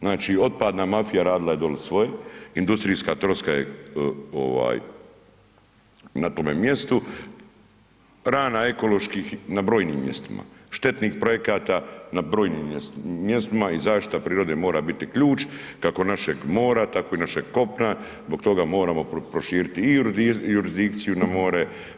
Znači otpadna mafija radila je dolje svoje, industrijska troska je na tome mjestu, rana ekoloških na brojnim mjestima, štetnih projekata na brojnim mjestima i zaštita prirode mora biti ključ kako našeg mora, tako i našeg kopna, zbog toga moramo proširiti i jurisdikciju na more.